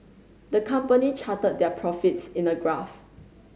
the company charted their profits in a graph